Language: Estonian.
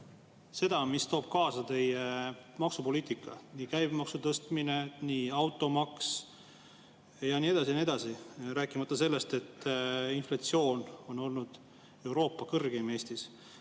seda, mida toob kaasa teie maksupoliitika, käibemaksu tõstmine, automaks ja nii edasi ja nii edasi, rääkimata sellest, et inflatsioon on Eestis olnud Euroopa kõrgeim?